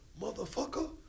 motherfucker